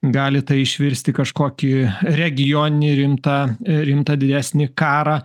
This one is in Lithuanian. gali tai išvirsti į kažkokį regioninį rimtą rimtą didesnį karą